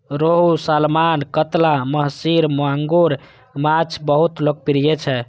रोहू, सालमन, कतला, महसीर, मांगुर माछ बहुत लोकप्रिय छै